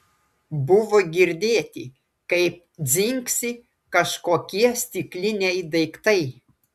buvo girdėti kaip dzingsi kažkokie stikliniai daiktai